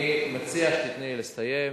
אני מציע שתיתני לי לסיים,